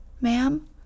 ma'am